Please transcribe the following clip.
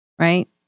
Right